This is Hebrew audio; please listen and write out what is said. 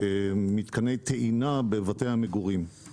מתקני טעינה בבתי מגורים.